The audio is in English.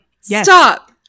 Stop